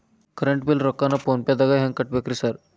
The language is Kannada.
ಕರೆಂಟ್ ಬಿಲ್ ರೊಕ್ಕಾನ ಫೋನ್ ಪೇದಾಗ ಹೆಂಗ್ ಕಟ್ಟಬೇಕ್ರಿ ಸರ್?